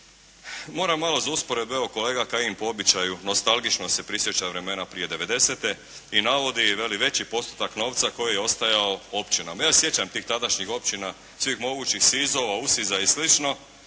Moram malo za usporedbu, evo kolega Kajin po običaju nostalgično se prisjeća vremena prije 90-te i navodi i veli veći postotak novca koji je ostajao općinama. Ja se sjećam tih tadašnjih općina, svih mogućih SIZ-ova, USIZ-a i sl.